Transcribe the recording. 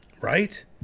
Right